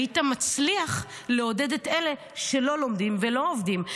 היית מצליח לעודד את אלה שלא לומדים ולא עובדים.